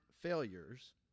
failures